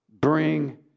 bring